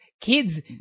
Kids